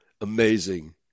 Amazing